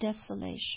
desolation